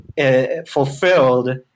fulfilled